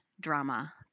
drama